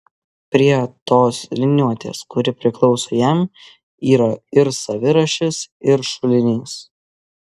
prie tos liniuotės kuri priklauso jam yra ir savirašis ir šulinys